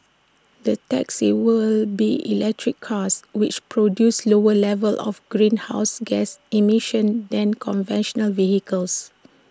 the taxis will be electric cars which produce lower levels of greenhouse gas emissions than conventional vehicles